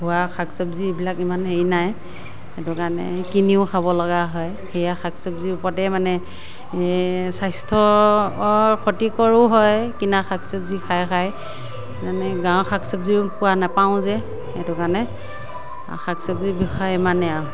হোৱা শাক চবজি এইবিলাক ইমান হেৰি নাই সেইটো কাৰণে কিনিও খাব লগা হয় সেয়া শাক চবজিৰ ওপৰতে মানে স্বাস্থ্যৰ ক্ষতিকৰো হয় কিনা চবজি খায় খায় গাঁৱৰ শাক চবজি নেপাওঁ যে সেইটো কাৰণে শাক চবজিৰ বিষয়ে ইমানে আৰু